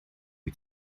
wyt